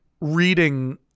reading